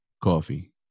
coffee